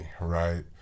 right